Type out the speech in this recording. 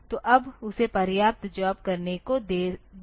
तो अब उसे पर्याप्त जॉब करने को दे गयी है